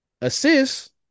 Assists